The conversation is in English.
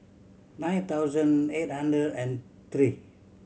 nine thousand eight hundred and three